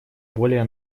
более